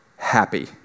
happy